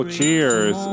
Cheers